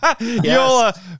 Yes